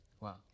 Wow